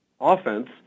offense